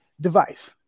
device